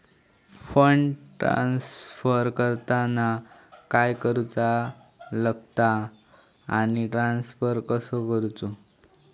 Fund transfer करताना काय करुचा लगता आनी ट्रान्स्फर कसो करूचो?